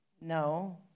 no